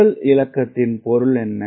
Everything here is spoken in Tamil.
முதல் இலக்கத்தின் பொருள் என்ன